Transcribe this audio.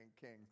Kings